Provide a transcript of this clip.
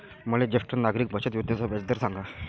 मले ज्येष्ठ नागरिक बचत योजनेचा व्याजदर सांगा